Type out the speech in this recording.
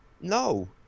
No